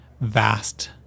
vast